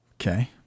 Okay